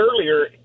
earlier